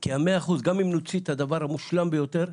כי גם אם נוציא את הדבר המושלם ביותר,